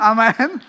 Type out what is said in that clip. Amen